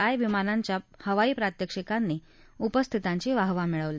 I विमानांच्या हवाई प्रात्याक्षिकांनी उपस्थितांची वाहवा मिळवली